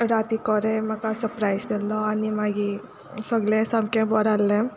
राती कोडे म्हाका सर्पराइज दिल्लो आनी मागीर सगळें सामकें बोर आहलें